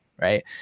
right